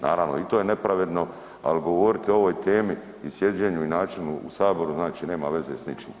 Naravno, i to je nepravedno, al govoriti o ovoj temi i sjeđenju i načinu u saboru, znači nema veze s ničim.